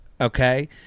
Okay